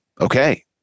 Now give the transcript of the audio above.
okay